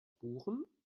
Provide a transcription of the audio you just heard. buchen